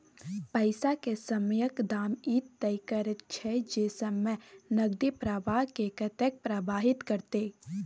पैसा के समयक दाम ई तय करैत छै जे समय नकदी प्रवाह के कतेक प्रभावित करते